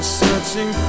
searching